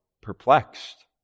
perplexed